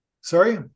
sorry